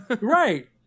Right